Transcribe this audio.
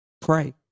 pray